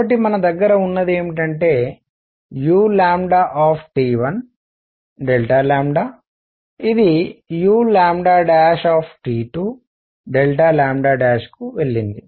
కాబట్టి మన దగ్గర ఉన్నది ఏమిటంటే u ఇది uకి వెళ్ళింది